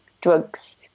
drugs